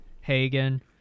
Hagen